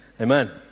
Amen